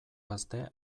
gazte